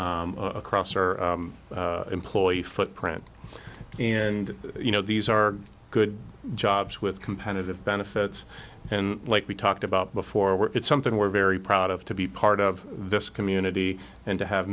across our employee footprint and you know these are good jobs with competitive benefits and like we talked about before where it's something we're very proud of to be part of this community and to have